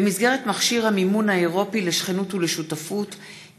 במסגרת מכשיר המימון האירופי לשכנות ולשותפות, ENI